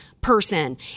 person